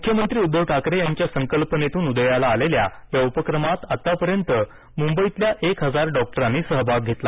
मुख्यमंत्री उद्दव ठाकरे यांच्या संकल्पनेतून उदयाला आलेल्या या उपक्रमात आत्तापर्यंत मुंबईतल्या एक हजार डॉक्टरांनी सहभाग घेतला